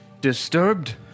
disturbed